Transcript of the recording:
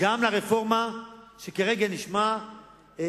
גם לרפורמה שכרגע נשמעים